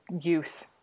youth